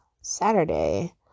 Saturday